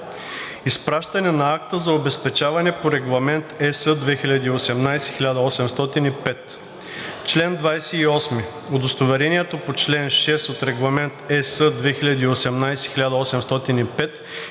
Изпращане на акта за обезпечаване по Регламент (ЕС) 2018/1805 Чл. 28. Удостоверението по чл. 6 от Регламент (ЕС) 2018/1805 и